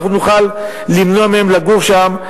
אנחנו נוכל למנוע מהם לגור שם,